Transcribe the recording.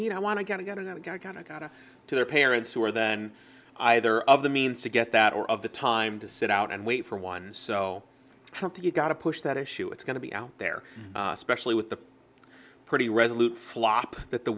need i want to get together that i got i got it to their parents who are then either of the means to get that or of the time to sit out and wait for one so you've got to push that issue it's going to be out there especially with the pretty resolute flop that the